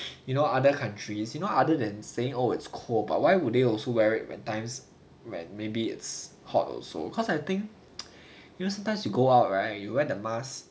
you know other countries you know other than saying oh it's cold but why would they also wear it when times were maybe it's hot also cause I think you know sometimes you go out right you wear the mask